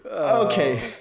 Okay